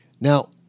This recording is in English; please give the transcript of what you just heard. Now